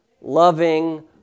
loving